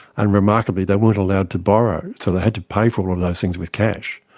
and remarkably they weren't allowed to borrow, so they had to pay for all of those things with cash,